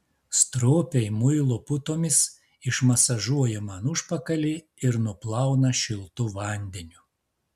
stropiai muilo putomis išmasažuoja man užpakalį ir nuplauna šiltu vandeniu